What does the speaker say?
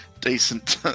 decent